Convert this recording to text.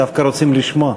הם דווקא רוצים לשמוע.